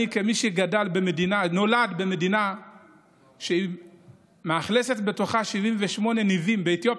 כמי שנולד במדינה שמאכלסת 78 ניבים באתיופיה,